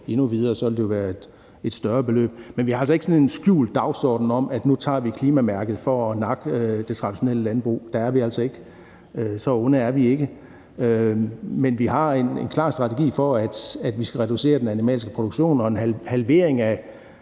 endnu videre, og så vil det være et større beløb. Men vi har altså ikke sådan en skjult dagsorden om, at vi nu tager klimamærket for at nakke det traditionelle landbrug. Der er vi altså ikke. Så onde er vi ikke. Men vi har en klar strategi for, at vi skal reducere den animalske produktion, og en halvering af